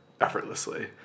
effortlessly